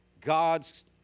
God's